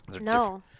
No